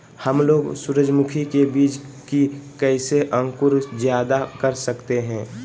हमलोग सूरजमुखी के बिज की कैसे अंकुर जायदा कर सकते हैं?